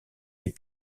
des